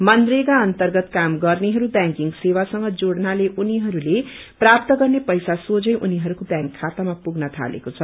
मनरेगा अन्तर्गत काम गर्नेहरू व्याकिङ सेवासँग जुङ्गाले उनीहरूले प्राप्त गर्ने पैसा सोश्री उनीहरूको व्याक खातामा पुग्न थालेको छ